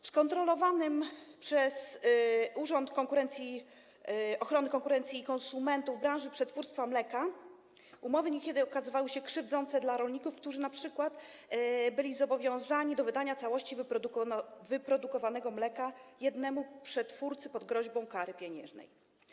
W skontrolowanej przez Urząd Ochrony Konkurencji i Konsumentów branży przetwórstwa mleka umowy niekiedy okazywały się krzywdzące dla rolników, którzy np. byli zobowiązani do wydania całości wyprodukowanego mleka jednemu przetwórcy pod groźbą kary pieniężnej.